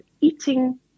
eating